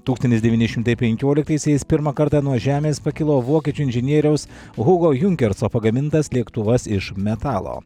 tūkstantis devyni šimtai penkioliktaisiais pirmą kartą nuo žemės pakilo vokiečių inžinieriaus hugo junkerso pagamintas lėktuvas iš metalo